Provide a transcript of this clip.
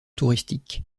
touristique